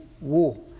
war